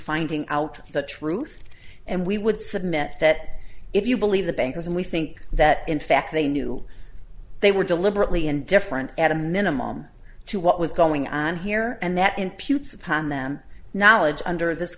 finding out the truth and we would submit that if you believe the bankers and we think that in fact they knew they were deliberately indifferent at a minimum to what was going on here and that imputes upon them knowledge under this